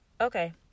Okay